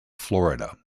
florida